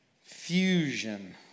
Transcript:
Fusion